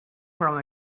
from